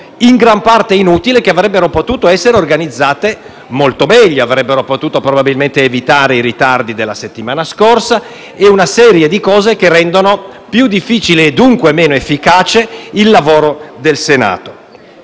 in gran parte inutile, che avrebbero potuto essere organizzate molto meglio: si sarebbero potuti, probabilmente, evitare i ritardi della settimana scorsa e una serie di cose che rendono più difficile - dunque meno efficace - il lavoro del Senato.